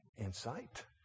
insight